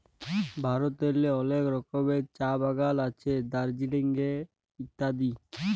ভারতেল্লে অলেক রকমের চাঁ বাগাল আছে দার্জিলিংয়ে ইত্যাদি